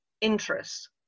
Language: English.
interests